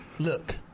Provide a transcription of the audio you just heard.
Look